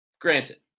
Granted